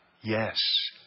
yes